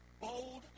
bold